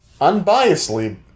unbiasedly